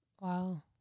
Wow